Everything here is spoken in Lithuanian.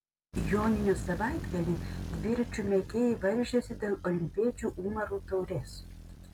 joninių savaitgalį dviračių mėgėjai varžėsi dėl olimpiečių umarų taurės